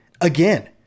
again